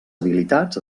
habilitats